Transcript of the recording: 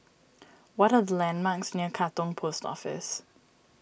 what are the landmarks near Katong Post Office